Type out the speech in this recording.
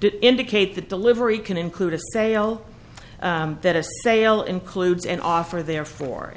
to indicate that delivery can include a sale that a sale includes an offer therefore and